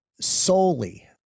solely